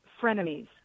frenemies